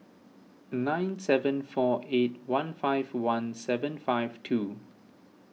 nine seven four eight one five one seven five two